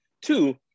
Two